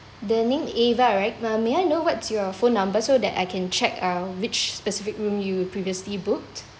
the name ava right um may I know what's your phone number so that I can check(uh) which specific room you previously booked